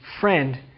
Friend